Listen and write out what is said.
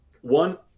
One